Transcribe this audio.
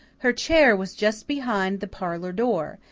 her chair was just behind the parlour door,